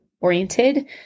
oriented